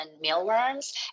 mealworms